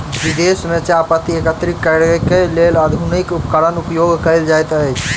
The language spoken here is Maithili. विदेश में चाह पत्ती एकत्रित करैक लेल आधुनिक उपकरणक उपयोग कयल जाइत अछि